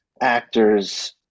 actors